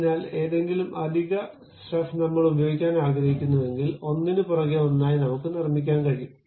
അതിനാൽ ഏതെങ്കിലും അധിക സ്റ്റഫ് നമ്മൾ ഉപയോഗിക്കാൻ ആഗ്രഹിക്കുന്നുവെങ്കിൽ ഒന്നിനുപുറകെ ഒന്നായി നമുക്ക് നിർമ്മിക്കാൻ കഴിയും